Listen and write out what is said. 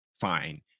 fine